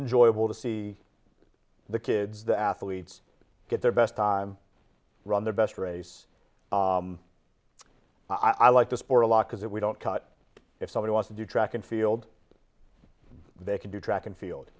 enjoyable to see the kids the athletes get their best time run the best race i like the sport a lot because if we don't cut if somebody wants to do track and field they can do track and field